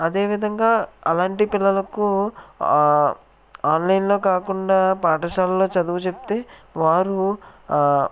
అదేవిధంగా అలాంటి పిల్లలకు ఆన్లైన్లో కాకుండా పాఠశాలలో చదువు చెప్తే వారు